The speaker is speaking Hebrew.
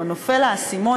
או נופל האסימון,